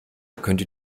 könnte